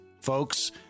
folks